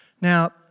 Now